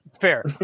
Fair